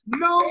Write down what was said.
no